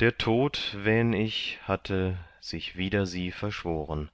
der tod wähn ich hatte sich wider sie verschworen